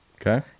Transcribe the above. Okay